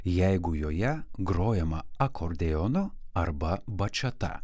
jeigu joje grojama akordeonu arba bačata